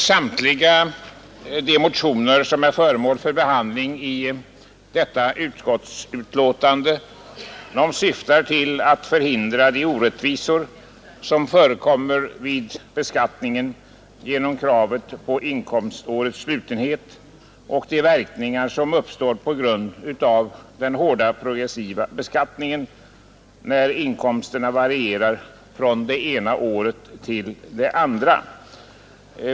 Samtliga de motioner som behandlas i detta utskottsbetänkande syftar till att förhindra orättvisor vid beskattningen genom kravet på inkomstårets slutenhet och att lindra de verkningar som uppstår på grund av den hårda progressiva beskattningen, när inkomsterna varierar från det ena året till det andra.